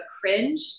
cringe